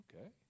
Okay